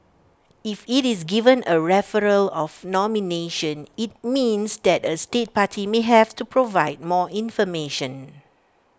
if IT is given A referral of nomination IT means that A state party may have to provide more information